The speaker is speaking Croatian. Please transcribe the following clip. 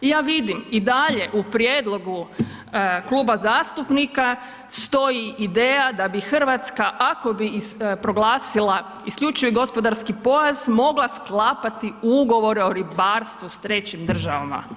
Ja vidim i dalje u prijedlogu kluba zastupnika stoji ideja da bi Hrvatska ako bi proglasila isključivi gospodarski pojas mogla sklapati ugovore o ribarstvu s 3 državama.